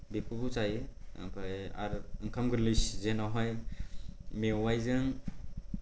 बिखौबो जायो आमफाय आरो ओंखाम गोरलै सिजेनावहाय मेवाइ जों